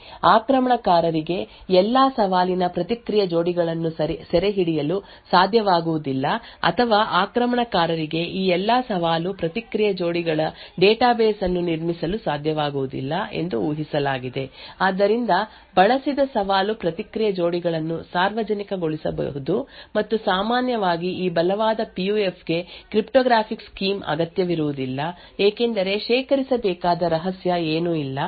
ಮತ್ತು ಈ ಕಾರಣದಿಂದಾಗಿ ಆಕ್ರಮಣಕಾರರಿಗೆ ಎಲ್ಲಾ ಸವಾಲಿನ ಪ್ರತಿಕ್ರಿಯೆ ಜೋಡಿಗಳನ್ನು ಸೆರೆಹಿಡಿಯಲು ಸಾಧ್ಯವಾಗುವುದಿಲ್ಲ ಅಥವಾ ಆಕ್ರಮಣಕಾರರಿಗೆ ಈ ಎಲ್ಲಾ ಸವಾಲು ಪ್ರತಿಕ್ರಿಯೆ ಜೋಡಿಗಳ ಡೇಟಾಬೇಸ್ ಅನ್ನು ನಿರ್ಮಿಸಲು ಸಾಧ್ಯವಾಗುವುದಿಲ್ಲ ಎಂದು ಊಹಿಸಲಾಗಿದೆ ಆದ್ದರಿಂದ ಬಳಸಿದ ಸವಾಲು ಪ್ರತಿಕ್ರಿಯೆ ಜೋಡಿಗಳನ್ನು ಸಾರ್ವಜನಿಕಗೊಳಿಸಬಹುದು ಮತ್ತು ಸಾಮಾನ್ಯವಾಗಿ ಈ ಬಲವಾದ ಪಿಯುಎಫ್ ಗೆ ಕ್ರಿಪ್ಟೋಗ್ರಾಫಿಕ್ ಸ್ಕೀಮ್ ಅಗತ್ಯವಿರುವುದಿಲ್ಲ ಏಕೆಂದರೆ ಶೇಖರಿಸಬೇಕಾದ ರಹಸ್ಯ ಏನೂ ಇಲ್ಲ